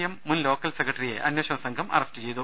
M മുൻ local സെക്രട്ടറിയെ അന്വേഷണ സംഘം അറസ്റ്റ് ചെയ്തു